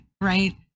right